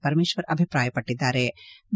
ಪರಮೇಶ್ವರ್ ಅಭಿಪ್ರಾಯಪಟ್ಟದ್ದಾರೆ